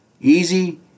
Easy